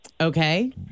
Okay